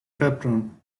febron